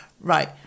right